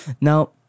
Now